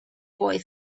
boy